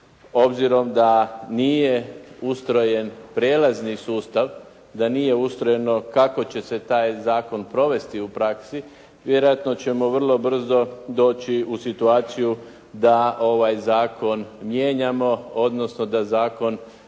obzirom da nije ustrojen prijelazni sustav, da nije ustrojeno kako će se taj zakon provesti u praksi, vjerojatno ćemo vrlo brzo doći u situaciju da ovaj zakon mijenjamo, odnosno da neke